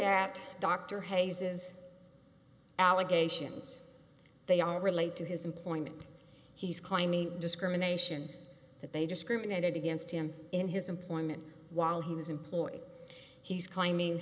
at dr hayes's allegations they are related to his employment he's claiming discrimination that they discriminated against him in his employment while he was employed he's claiming